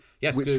yes